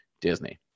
Disney